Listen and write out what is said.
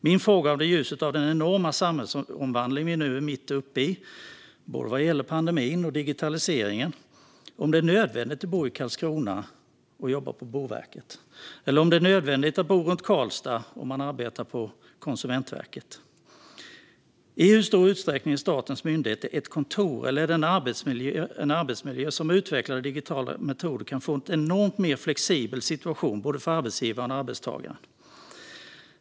Min fråga, i ljuset av den enorma samhällsomvandling vi nu är mitt uppe i vad gäller både pandemin och digitaliseringen, är om det är nödvändigt att bo i Karlskrona om man jobbar på Boverket eller att bo runt Karlstad om man arbetar på Konsumentverket. I hur stor utsträckning är statens myndigheter ett kontor? Är det i stället en arbetsmiljö som med utvecklade digitala metoder kan erbjuda en enormt mer flexibel situation för både arbetsgivaren och arbetstagaren?